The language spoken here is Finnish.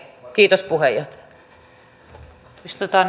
kiitos puheenjohtaja